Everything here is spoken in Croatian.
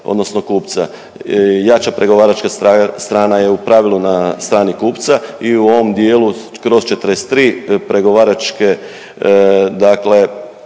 odnosno kupca. Jača pregovaračka strana je u pravilu na strani kupca i u ovom dijelu kroz 43 pregovaračke dakle